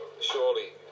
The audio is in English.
surely